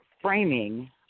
framing